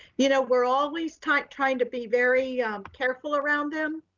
you know we're always trying trying to be very careful around them